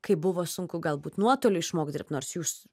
kaip buvo sunku galbūt nuotoliu išmokt dirbt nors jūs